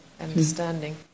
understanding